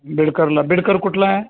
बिडकरला बिडकर कुठला आहे